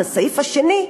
את הסעיף השני,